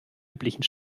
üblichen